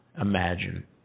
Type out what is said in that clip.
Imagine